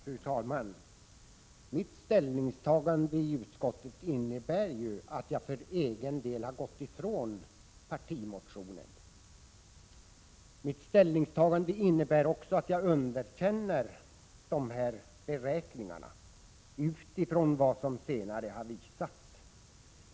Fru talman! Mitt ställningstagande i utskottet innebär att jag för egen del har gått ifrån partimotionen. Mitt ställningstagande innebär också att jag underkänner dessa beräkningar, med hänsyn till vad som senare har visats.